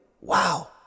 Wow